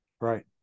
Right